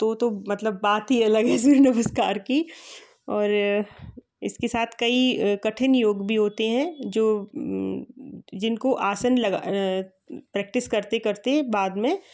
तो तो मतलब बात ही अलग है सूर्य नमस्कार की और इसके साथ कई कठिन योग भी होते है जो जिनको आसान लगा प्रैक्टिस करते करते बाद में